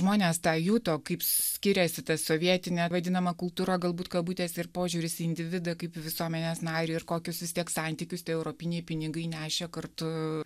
žmonės tą juto kaip skiriasi ta sovietinė vadinama kultūra galbūt kabutės ir požiūris į individą kaip į visuomenės narį ir kokius vis tiek santykius tie europiniai pinigai nešė kartu